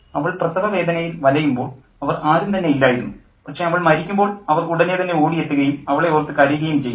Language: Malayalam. അവൾ പ്രസവവേദനയിൽ വലയുമ്പോൾ അവർ ആരും തന്നെ ഇല്ലായിരുന്നു പക്ഷേ അവൾ മരിക്കുമ്പോൾ അവർ ഉടനെ തന്നെ ഓടിയെത്തുകയും അവളെ ഓർത്ത് കരയുകയും ചെയ്യുന്നു